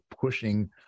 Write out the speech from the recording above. pushing